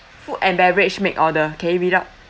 food and beverage make order can you read out